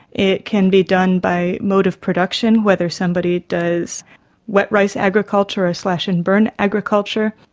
it can be done by mode of production whether somebody does wet rice agriculture or slash and burn agriculture.